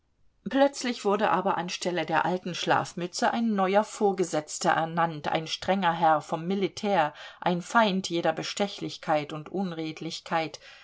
plötzlich wurde aber an stelle der alten schlafmütze ein neuer vorgesetzter ernannt ein strenger herr vom militär ein feind jeder bestechlichkeit und